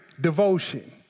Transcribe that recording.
devotion